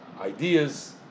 ideas